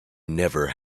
never